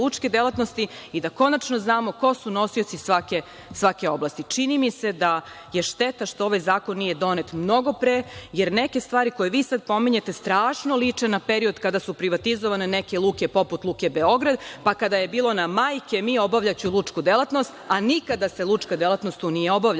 i da konačno znamo ko su nosioci svake oblasti. Čini mi se da je šteta što ovaj zakon nije donet mnogo pre, jer neke stvari koje vi sad pominjete strašno liče na period kada su privatizovane neke luke poput Luke Beograd, pa kada je bilo na – majke mi, obavljaću lučku delatnost, a nikada se lučka delatnost tu nije obavljala.